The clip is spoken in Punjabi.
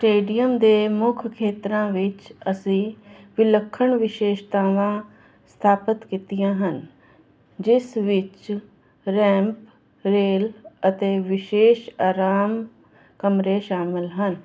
ਸਟੇਡੀਅਮ ਦੇ ਮੁੱਖ ਖੇਤਰਾਂ ਵਿੱਚ ਅਸੀਂ ਵਿਲੱਖਣ ਵਿਸ਼ੇਸ਼ਤਾਵਾਂ ਸਥਾਪਿਤ ਕੀਤੀਆਂ ਹਨ ਜਿਸ ਵਿੱਚ ਰੈਂਪ ਰੇਲ ਅਤੇ ਵਿਸ਼ੇਸ਼ ਆਰਾਮ ਕਮਰੇ ਸ਼ਾਮਲ ਹਨ